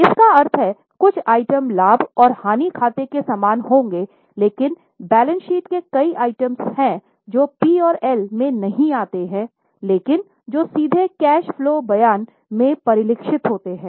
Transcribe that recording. इसका अर्थ हैं कुछ आइटम लाभ और हानि खाते के समान होंगेलेकिन बैलेंस शीट में कई आइटम हैं जो पी और एल में नहीं आते हैंलेकिन जो सीधे कैश फलो बयान में परिलक्षित होते हैं